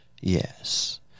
yes